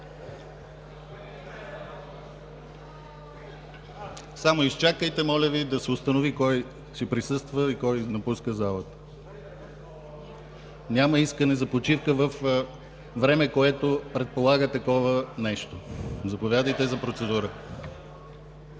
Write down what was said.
Изчакайте, моля Ви, да се установи кой ще присъства и кой напуска залата. (Шум и реплики.) Няма искане за почивка във време, което предполага такова нещо! Заповядайте за процедура.